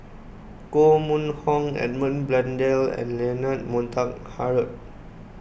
Koh Mun Hong Edmund Blundell and Leonard Montague Harrod